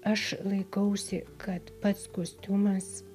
aš laikausi kad pats kostiumas